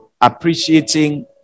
appreciating